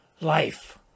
life